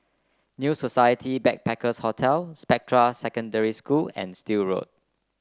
New Society Backpackers' Hotel Spectra Secondary School and Still Road